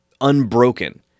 unbroken